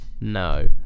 No